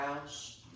house